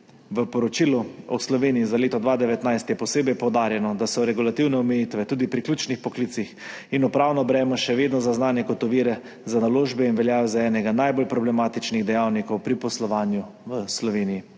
V poročilu o Sloveniji za leto 2019 je posebej poudarjeno, da so regulativne omejitve tudi pri ključnih poklicih in upravno breme še vedno zaznane kot ovire za naložbe in veljajo za enega najbolj problematičnih dejavnikov pri poslovanju v Sloveniji.